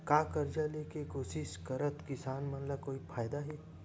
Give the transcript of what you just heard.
का कर्जा ले के कोशिश करात किसान मन ला कोई फायदा हे?